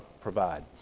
provide